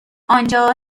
آنجا